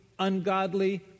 ungodly